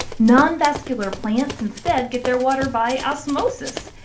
nonvascular plants instead get their water by osmosis.